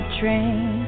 train